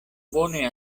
bone